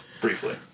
briefly